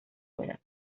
ruedas